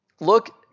Look